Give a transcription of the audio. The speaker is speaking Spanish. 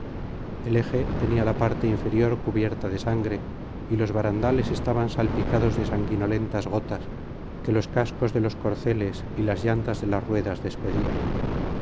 el eje del carro tenía la parte inferior cubierta de sangre y los barandales estaban salpicados de sanguinolentas gotas que los cascos de los corceles y las llantas de las ruedas despedían